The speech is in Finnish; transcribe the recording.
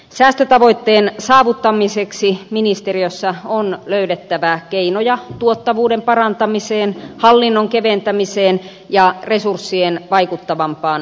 säästötavoitteen saavuttamiseksi ministeriössä on löydettävä keinoja tuottavuuden parantamiseen hallinnon keventämiseen ja resurssien vaikuttavampaan kohdentamiseen